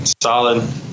solid